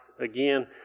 Again